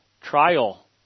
trial